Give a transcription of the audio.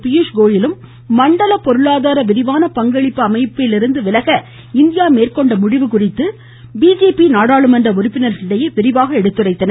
பியூஷ்கோயலும் மண்டல பொருளாதார விரிவான பங்களிப்பு அமைப்பிலிருந்து விலக இந்தியா மேற்கொண்ட முடிவு குறித்து நாடாளுமன்ற உறுப்பினர்களிடையே விரிவாக எடுத்துரைத்தனர்